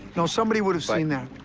no, somebody would have seen that.